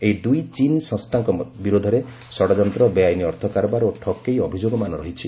ଏହି ଦୁଇ ଚୀନ୍ ସଂସ୍ଥାଙ୍କ ବିରୋଧରେ ଷଡଯନ୍ତ୍ର ବେଆଇନ ଅର୍ଥ କାରବାର ଓ ଠକେଇ ଅଭିଯୋଗମାନ ରହିଛି